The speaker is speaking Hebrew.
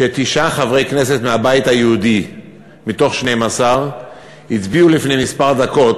שתשעה חברי כנסת מהבית היהודי מתוך 12 הצביעו לפני כמה דקות